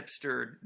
hipster